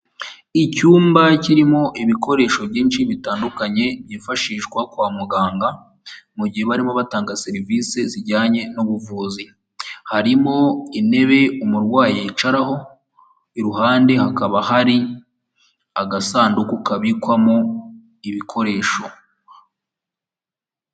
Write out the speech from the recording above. Icyumba kirimo ibikoresho byinshi bitandukanye byifashishwa kwa muganga, mu gihe barimo batanga serivisi zijyanye n'ubuvuzi, harimo intebe umurwayi yicaraho, iruhande hakaba hari agasanduku kabikwamo ibikoresho.